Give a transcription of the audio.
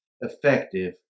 effective